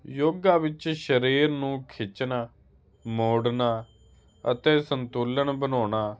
ਯੋਗਾ ਵਿੱਚ ਸਰੀਰ ਨੂੰ ਖਿੱਚਣਾ ਮੋੜਨਾ ਅਤੇ ਸੰਤੁਲਨ ਬਣਾਉਣਾ